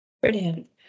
Brilliant